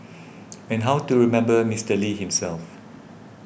and how to remember Mister Lee himself